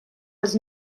was